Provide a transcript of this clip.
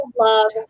love